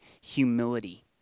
humility